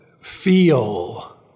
feel